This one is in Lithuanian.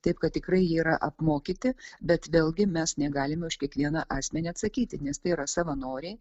taip kad tikrai yra apmokyti bet vėlgi mes negalime už kiekvieną asmenį atsakyti nes tai yra savanoriai